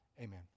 Amen